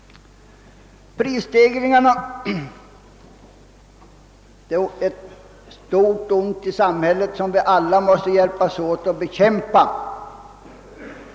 Prisstegringarna är ett stort ont i samhället, som vi alla måste hjälpas åt att bekämpa.